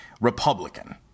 Republican